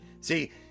See